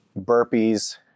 burpees